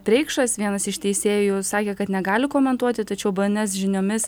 preikšas vienas iš teisėjų sakė kad negali komentuoti tačiau bns žiniomis